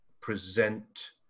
present